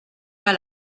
pas